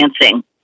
dancing